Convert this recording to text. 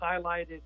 highlighted